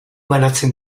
banatzen